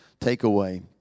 takeaway